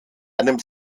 einem